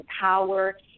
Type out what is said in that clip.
power